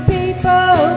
people